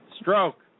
stroke